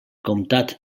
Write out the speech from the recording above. comtat